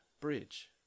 bridge